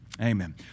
Amen